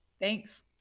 Thanks